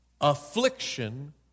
Affliction